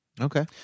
Okay